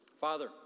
Father